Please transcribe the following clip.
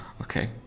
Okay